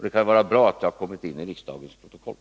Det kan vara bra att det har kommit in i riksdagens protokoll.